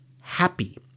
happy